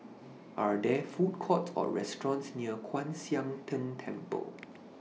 Are There Food Courts Or restaurants near Kwan Siang Tng Temple